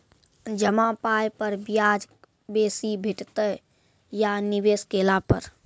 जमा पाय पर ब्याज बेसी भेटतै या निवेश केला पर?